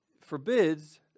forbids